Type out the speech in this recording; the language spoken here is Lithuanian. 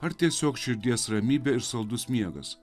ar tiesiog širdies ramybė ir saldus miegas